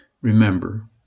Remember